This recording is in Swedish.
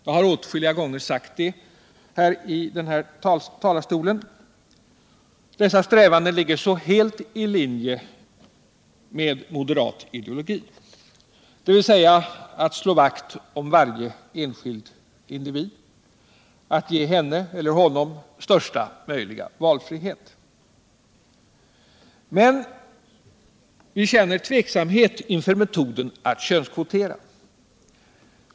Jag har åtskilliga gånger sagt det i den här talarstolen. Dessa strävanden ligger helt i linje med moderat ideologi, dvs. att slå vakt om varje enskild individ, att ge henne eller honom största möjliga valfrihet. Men vi känner tveksamhet inför metoden att könskvotera.